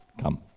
come